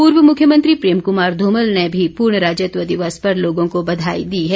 पूर्व मुख्यमंत्री प्रेम कुमार धूमल ने भी पूर्ण राज्यत्व दिवस पर लोगों को बधाई दी है